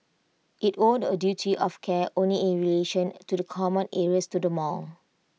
IT owed A duty of care only in relation to the common areas to the mall